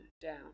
down